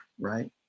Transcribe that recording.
right